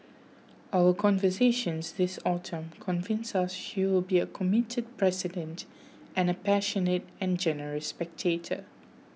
our conversations this autumn convince us she will be a committed president and a passionate and generous spectator